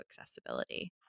accessibility